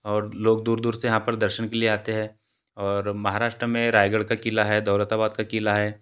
और लोग दूर दूर से यहाँ पर दर्शन के लिए आते है और महाराष्ट्र में रायगढ़ का क़िला है दौलताबाद का क़िला है